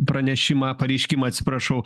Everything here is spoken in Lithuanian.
pranešimą pareiškimą atsiprašau